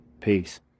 Peace